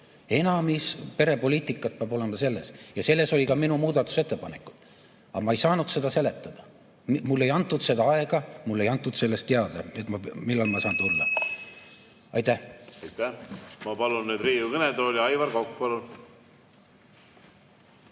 Enamik perepoliitikat peab olema selleks. Ja selles oli ka minu muudatusettepanekute mõte. Aga ma ei saanud seda seletada. Mulle ei antud seda aega, mulle ei antud sellest teada, millal ma saan tulla. Aitäh! Ma palun nüüd Riigikogu kõnetooli, Aivar Kokk!